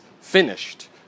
finished